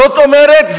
זאת אומרת,